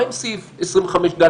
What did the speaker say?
מה עם סעיף 25(ד),